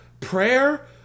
prayer